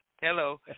hello